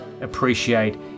appreciate